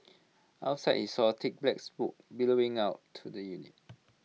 outside he saw thick black billowing out to the unit